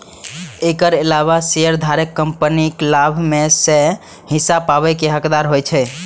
एकर अलावे शेयरधारक कंपनीक लाभ मे सं हिस्सा पाबै के हकदार होइ छै